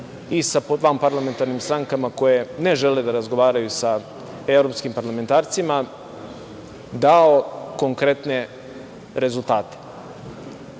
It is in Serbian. i sa vanparlamentarnim strankama koje ne žele da razgovaraju sa evropskim parlamentarcima, dao konkretne rezultate.